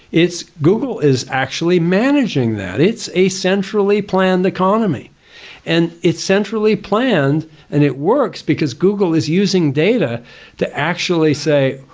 google is actually managing that. it's a centrally planned economy and it's centrally planned and it works because google is using data to actually say,